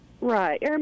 Right